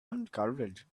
uncovered